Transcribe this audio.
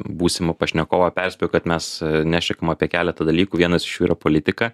būsimą pašnekovą perspėju kad mes nešnekam apie keletą dalykų vienas iš jų yra politika